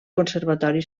conservatori